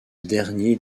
dernier